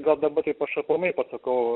gal dabar taip aš aplamai pasakau